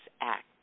Act